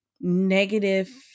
negative